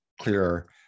clearer